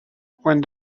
when